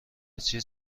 چیز